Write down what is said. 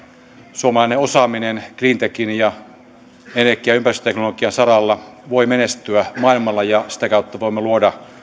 suomalainen osaaminen cleantechin ja energia ja ympäristöteknologian saralla voi menestyä maailmalla ja sitä kautta voimme luoda